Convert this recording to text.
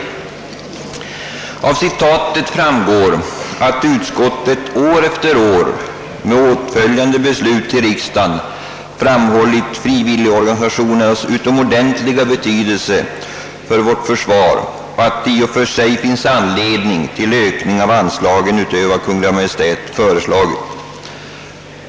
Av citatet framgår att utskottet år efter år, med åtföljande beslut i riksdagen, framhållit frivilligorganisationernas utomordentliga betydelse för vårt försvar och att det i och för sig finns anledning till ökning av anslagen utöver vad Kungl. Maj:t föreslagit.